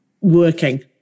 working